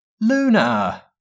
Luna